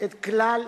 את כלל